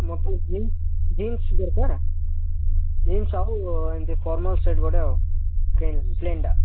ମୋତେ jeans jeans ଦରକାର jeans ଆଉ ଏମତି ଫର୍ମାଲ୍ ସାର୍ଟ୍ ଗୋଟେ ଆଉ ପ୍ଲେନ୍ ପ୍ଲେନ୍ଟା